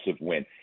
win